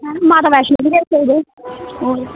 माता वैष्णो बी जाई सकदे